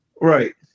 right